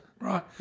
Right